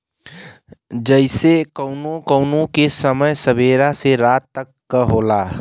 जइसे कउनो कउनो के समय सबेरा से रात तक क होला